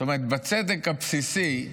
זאת אומרת, בצדק הבסיסי,